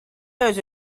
also